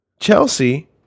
Chelsea